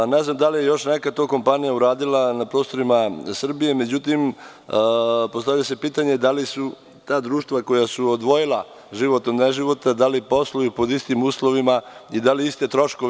Ne znam da li je još neka kompanija to uradila na prostoru Srbije, ali postavlja se pitanje da li su ta društva koja su odvojila život od neživota, da li posluju pod istim uslovima i da li imaju iste troškove.